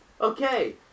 Okay